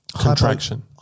contraction